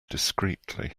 discreetly